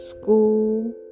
school